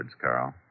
Carl